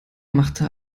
machte